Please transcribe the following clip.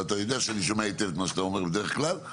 ואתה יודע שאני שומע היטב את מה שאתה אומר בדרך כלל,